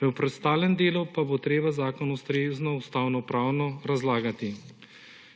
v preostalem delu pa bo treba zakon ustrezno ustavnopravno razlagati.